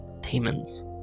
demons